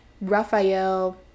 Raphael